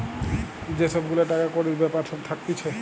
যে সব গুলা টাকা কড়ির বেপার সব থাকতিছে